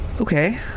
Okay